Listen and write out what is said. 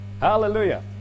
hallelujah